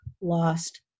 lost